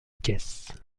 caisse